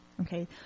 Okay